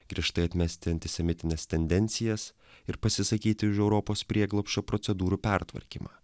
griežtai atmesti antisemitines tendencijas ir pasisakyti už europos prieglobsčio procedūrų pertvarkymą